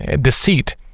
deceit